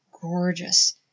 gorgeous